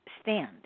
stand